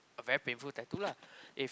a very painful tattoo lah if